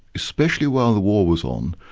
especially while the war was on,